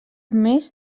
més